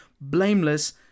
blameless